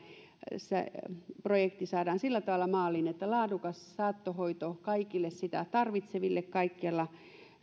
se projekti saadaan sillä tavalla maaliin että laadukas saattohoito kaikille sitä tarvitseville kaikkialla